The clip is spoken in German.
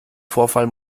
vorfall